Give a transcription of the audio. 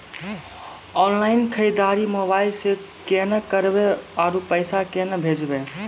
Online खरीददारी mobile से केना करबै, आरु पैसा केना भेजबै?